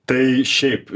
tai šiaip